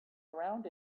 around